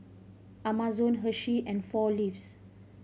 Amazon Hershey and Four Leaves